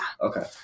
Okay